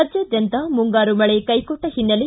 ರಾಜ್ಯಾದ್ಯಂತ ಮುಂಗಾರು ಮಳೆ ಕೈಕೊಟ್ಟ ಹಿನ್ನೆಲೆ